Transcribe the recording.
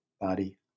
body